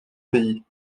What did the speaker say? pays